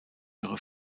ihre